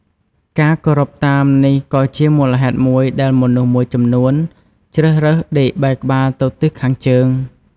ការគោរពតាមនេះក៏ជាមូលហេតុមួយដែលមនុស្សមួយចំនួនជ្រើសរើសដេកបែរក្បាលទៅទិសខាងជើង។